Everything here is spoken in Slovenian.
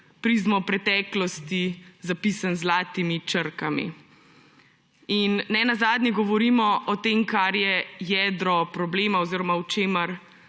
prizmo preteklosti zapisan z zlatimi črkami. In ne nazadnje govorimo o tem, kar je jedro problema oziroma v čemer